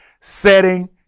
setting